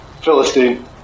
Philistine